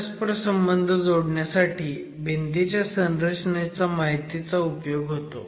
परस्पर संबंध जोडण्यासाठी भिंतीच्या संरचनेच्या माहितीचा उपयोग होतो